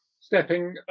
stepping